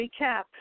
recap